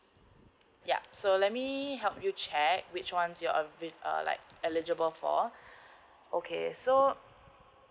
yup so let me help you check which ones you are like eligible for okay so